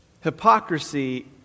Hypocrisy